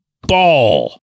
ball